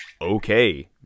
okay